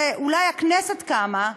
אולי, שהכנסת קמה,